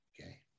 okay